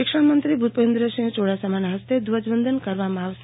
શિક્ષણમંત્રી ભૂપેન્દ્રસિંહ ચુડાસમાના હસ્તે ધ્વજવંદન કરવામાં આવશે